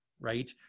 right